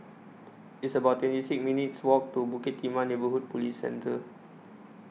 It's about twenty six minutes' Walk to Bukit Timah Neighbourhood Police Centre